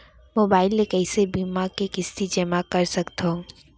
Mobile ले कइसे बीमा के किस्ती जेमा कर सकथव?